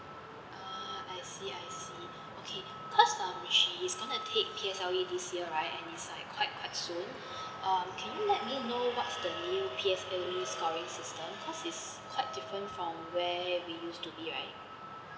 uh I see I see okay cause um she is going to take P_S_L_E this year right and it's like quite quite soon um can you let me know what's the new P_S_L_E scoring system cause it's quite different from where we used to be right